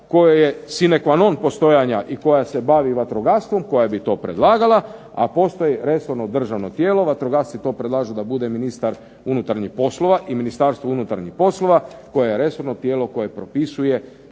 koja je sine qua non vatrogastva i koja se bavi vatrogastvom i koja bi to predlagala, a postoji resorno državno tijelo, vatrogasci to predlažu da bude ministar unutarnjih poslova i Ministarstvo unutarnjih poslova koje je resorno tijelo koje propisuje